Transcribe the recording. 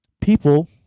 People